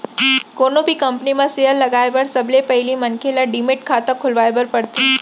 कोनो भी कंपनी म सेयर लगाए बर सबले पहिली मनखे ल डीमैट खाता खोलवाए बर परथे